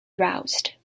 roused